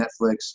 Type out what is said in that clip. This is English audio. Netflix